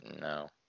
no